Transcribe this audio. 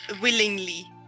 willingly